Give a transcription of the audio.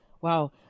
wow